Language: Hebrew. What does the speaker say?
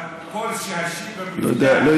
אבל ככל שהשיבר נפתח, לא יודע.